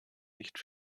nicht